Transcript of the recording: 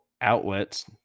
outlets